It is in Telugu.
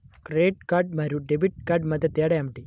క్రెడిట్ కార్డ్ మరియు డెబిట్ కార్డ్ మధ్య తేడా ఏమిటి?